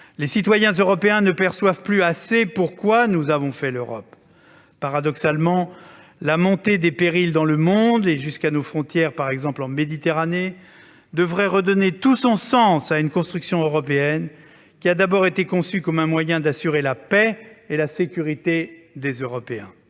Les citoyens européens ne perçoivent plus assez pourquoi nous avons fait l'Europe. Paradoxalement, la montée des périls dans le monde, jusqu'à nos frontières- je pense par exemple à la Méditerranée -, devrait redonner tout son sens à une construction européenne, qui a d'abord été conçue comme un moyen d'assurer la paix et la sécurité des Européens.